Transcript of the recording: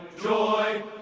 joy,